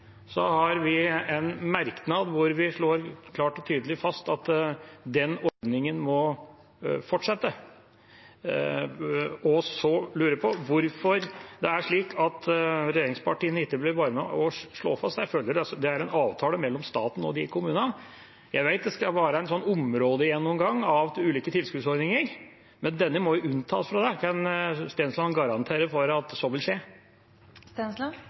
har vi en merknad hvor vi slår klart og tydelig fast at den ordningen må fortsette, og jeg lurer på hvorfor regjeringspartiene ikke vil være med og slå fast det. Dette er en avtale mellom staten og disse kommunene, og jeg vet at det skal være en områdegjennomgang av ulike tilskuddsordninger, men denne må jo unntas fra det. Kan Stensland garantere for at så vil skje?